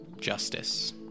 justice